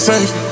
Safe